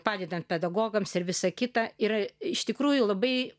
padedant pedagogams ir visa kita yra iš tikrųjų labai